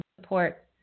support